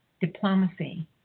diplomacy